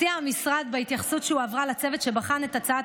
המשרד הציע בהתייחסות שהועברה לצוות שבחן את הצעת